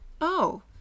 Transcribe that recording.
Oh